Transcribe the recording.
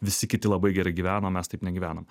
visi kiti labai gerai gyvena o mes taip negyvenam